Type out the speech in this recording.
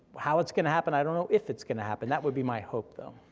how it's gonna happen, i don't know if it's gonna happen, that would be my hope though.